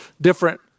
different